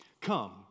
come